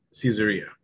Caesarea